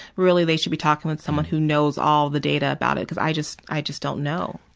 really they should be talking with someone who knows all the data about it because i just i just don't know.